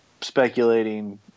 speculating